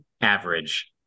average